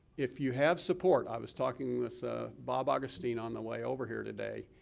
if you have support, i was talking with bob augustine on the way over here today,